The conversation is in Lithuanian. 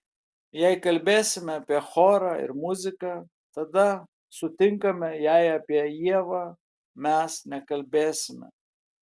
jei kalbėsime apie chorą ir muziką tada sutinkame jei apie ievą mes nekalbėsime